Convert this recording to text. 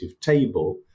table